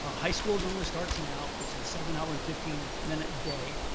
ah high school normally starts now. it's a seven hour and fifteen minute day.